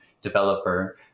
developer